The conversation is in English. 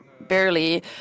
barely